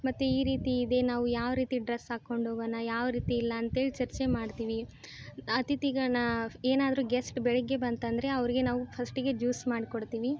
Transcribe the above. ಮತ್ತು ಈ ರೀತಿ ಇದೆ ನಾವು ಯಾವ ರೀತಿ ಡ್ರಸ್ ಹಾಕ್ಕೊಂಡು ಹೋಗೋಣ ಯಾವ ರೀತಿ ಇಲ್ಲ ಅಂಥೇಳಿ ಚರ್ಚೆ ಮಾಡ್ತೀವಿ ಅಥಿತಿ ಗಣ ಏನಾದರೂ ಗೆಸ್ಟ್ ಬೆಳಗ್ಗೆ ಬಂತು ಅಂದರೆ ಅವ್ರಿಗೆ ನಾವು ಫಸ್ಟಿಗೆ ಜೂಸ್ ಮಾಡ್ಕೊಡ್ತೀವಿ